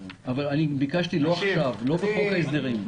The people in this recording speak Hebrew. אנחנו ביקשנו לא עכשיו, לא בחוק ההסדרים.